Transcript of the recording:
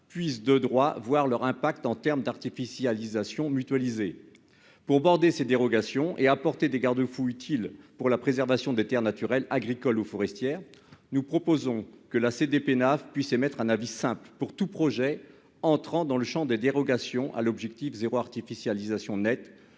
collectivités et par l'État en termes d'artificialisation. Afin de border ces dérogations et d'apporter des garde-fous utiles pour la préservation des terres naturelles, agricoles ou forestières, nous proposons que la CDPENAF puisse émettre un avis simple sur tout projet entrant dans le champ des dérogations à l'objectif zéro artificialisation nette